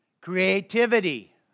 creativity